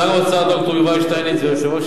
שר האוצר ד"ר יובל שטייניץ ויושב-ראש